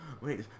Wait